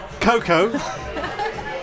Coco